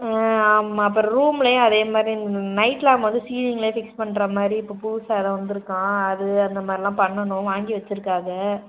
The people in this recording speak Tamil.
ஆ ஆமாம் அப்புறம் ரூம்லையும் அதேமாதிரி நைட் லேம்ப் வந்து சீலிங்கிலே ஃபிக்ஸ் பண்ணுற மாதிரி இப்போ புதுசாக ஏதோ வந்துருக்காம் அது அந்த மாதிரிலாம் பண்ணணும் வாங்கி வச்சுருக்காக